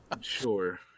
sure